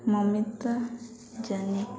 Mamita Jani